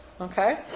Okay